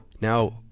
Now